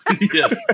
Yes